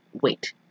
wait